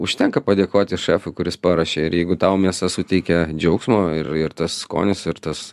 užtenka padėkoti šefui kuris paruošė ir jeigu tau mėsa suteikia džiaugsmo ir ir tas skonis ir tas